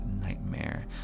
nightmare